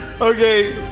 Okay